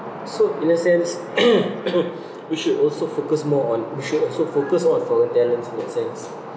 so in a sense we should also focus more on we should also focus on foreign talents in a sense